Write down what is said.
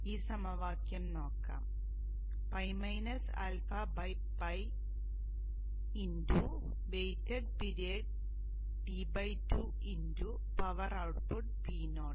അതിനാൽ ഈ സമവാക്യം നോക്കാം ᴨ αᴨ weighted period T2 power output Po